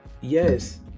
Yes